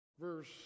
verse